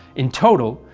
in total,